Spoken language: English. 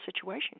situation